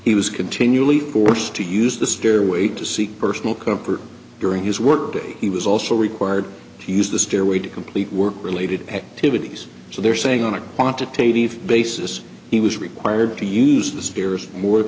he was continually forced to use the stairway to seek personal comfort during his workday he was also required to use the stairway to complete work related activities so they're saying on a quantitative basis he was required to use the stairs more